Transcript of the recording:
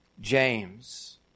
James